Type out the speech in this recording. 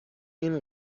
این